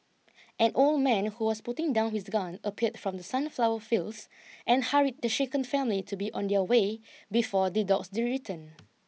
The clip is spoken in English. an old man who was putting down his gun appeared from the sunflower fields and hurried the shaken family to be on their way before the dogs return